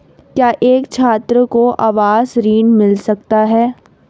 क्या एक छात्र को आवास ऋण मिल सकता है?